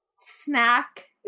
snack